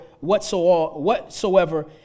whatsoever